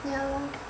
ya lor